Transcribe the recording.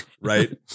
right